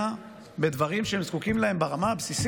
בדברים שהם זקוקים להם ברמה הבסיסית,